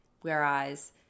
Whereas